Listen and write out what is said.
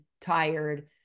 tired